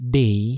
day